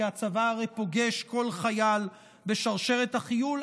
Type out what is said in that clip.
כי הצבא הרי פוגש כל חייל בשרשרת החיול,